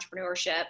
entrepreneurship